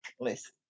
Listen